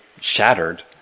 shattered